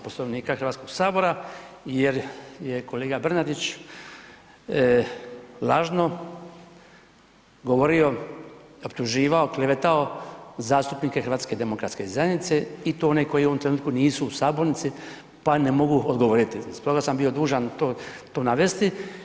Poslovnika HS-a jer je kolega Bernardić lažno govorio, optuživao, klevetao zastupnike HDZ-a i to one koji u ovom trenutku nisu u sabornici pa ne mogu odgovoriti, stoga sam bio dužan to navesti.